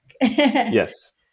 Yes